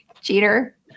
Cheater